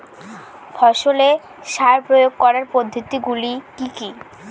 ফসলে সার প্রয়োগ করার পদ্ধতি গুলি কি কী?